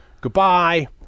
Goodbye